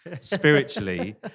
spiritually